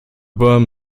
worm